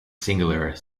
singular